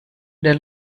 der